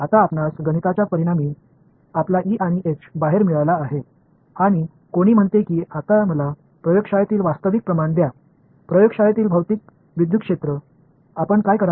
आता आपणास गणिताच्या परिणामी आपला ई आणि एच बाहेर मिळाला आहे आणि कोणी म्हणते की आता मला प्रयोगशाळेतील वास्तविक प्रमाण द्या प्रयोगशाळेतील भौतिक विद्युत क्षेत्र आपण काय कराल